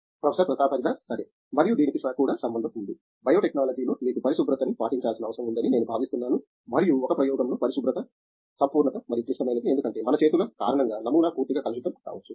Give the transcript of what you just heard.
professor Pratap Haridas సరే మరియు దీనికి కూడా సంబంధం ఉంది బయోటెక్నాలజీలో మీకు పరిశుభ్రతని పాటించాల్సిన అవసరం ఉందని నేను భావిస్తున్నాను మరియు ఒక ప్రయోగంలో పరిశుభ్రత సంపూర్ణత మరింత క్లిష్టమైనది ఎందుకంటే మన చేతుల కారణంగా నమూనా పూర్తిగా కలుషితం కావచ్చు